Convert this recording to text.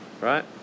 right